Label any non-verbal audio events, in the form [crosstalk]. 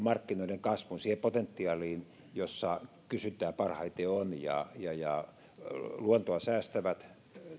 [unintelligible] markkinoiden kasvuun siihen potentiaaliin jossa kysyntää parhaiten on luontoa säästävät